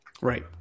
Right